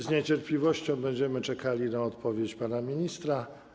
Z niecierpliwością będziemy czekali na odpowiedź pana ministra.